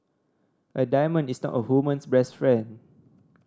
a diamond is not a woman's best friend